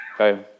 Okay